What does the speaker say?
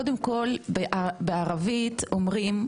קודם כל בערבית אומרים,